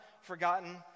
forgotten